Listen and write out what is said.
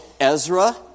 Ezra